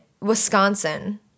Wisconsin –